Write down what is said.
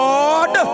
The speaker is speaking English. Lord